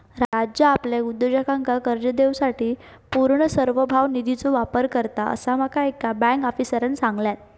राज्य आपल्या उद्योजकांका कर्ज देवूसाठी पूर्ण सार्वभौम निधीचो वापर करता, असा माका एका बँक आफीसरांन सांगल्यान